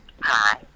Hi